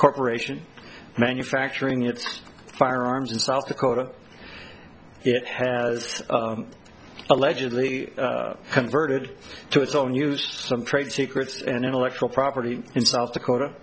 corporation manufacturing its firearms in south dakota it has allegedly converted to its own use some trade secrets and intellectual property in south dakota